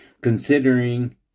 considering